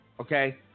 okay